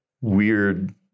weird